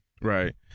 Right